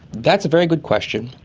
that's a very good question,